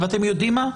אתם יודעים מה,